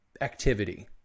activity